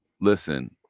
Listen